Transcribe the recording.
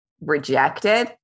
rejected